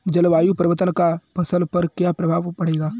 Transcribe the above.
जलवायु परिवर्तन का फसल पर क्या प्रभाव पड़ेगा?